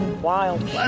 Wild